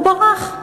והוא ברח,